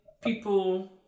people